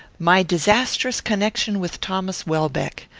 my disastrous connection with thomas welbeck.